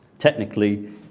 Technically